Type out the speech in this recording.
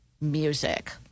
music